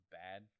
bad